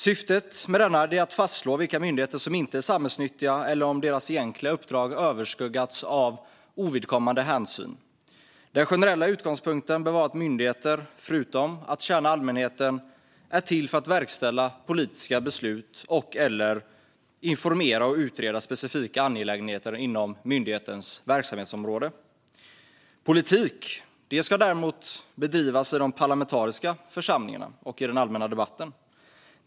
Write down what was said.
Syftet med denna är att fastslå vilka myndigheter som inte är samhällsnyttiga eller om deras egentliga uppdrag överskuggats av ovidkommande hänsyn. Den generella utgångspunkten bör vara att myndigheter förutom att tjäna allmänheten är till för att verkställa politiska beslut och informera om eller utreda specifika angelägenheter inom myndighetens verksamhetsområde. Politik ska däremot bedrivas i de parlamentariska församlingarna och i den allmänna debatten.